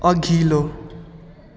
अघिल्लो